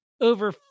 over